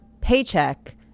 paycheck